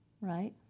right